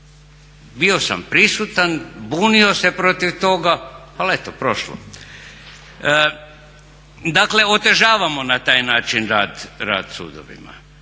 Bio sam prisutan, bunio se protiv toga ali eto prošlo. Dakle otežavamo na taj način rad sudovima.